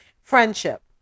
Friendship